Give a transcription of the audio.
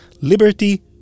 Liberty